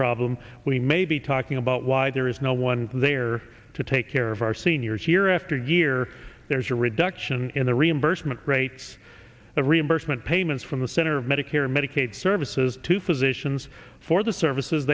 problem we may be talking about why there is no one there to take care of our seniors year after year there's a reduction in the reimbursement rates the reimbursement payments from the center of medicare and medicaid services to physicians for the services